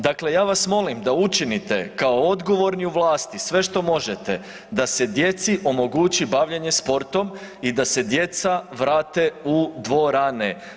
Dakle, ja vas molim da učinite kao odgovorni u vlasti sve što možete da se djeci omogući bavljenje sportom i da se djeca vrate u dvorane.